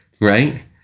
right